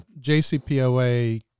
JCPOA